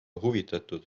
huvitatud